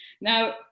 Now